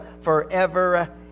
forever